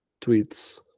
tweets